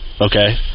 Okay